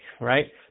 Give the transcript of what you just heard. right